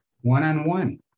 One-on-one